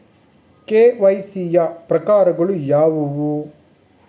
KYC ಯ ಪ್ರಕಾರಗಳು ಯಾವುವು?